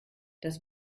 das